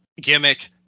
gimmick